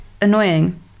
annoying